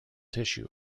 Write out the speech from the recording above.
tissue